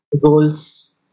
goals